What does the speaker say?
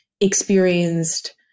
experienced